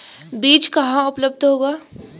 बीज कहाँ उपलब्ध होगा?